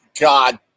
God